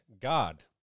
God